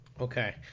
Okay